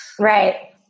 Right